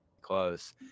close